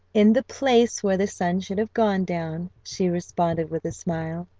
in the place where the sun should have gone down, she responded with a smile.